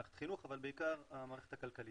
מערכת החינוך אבל בעיקר המערכת הכלכלית.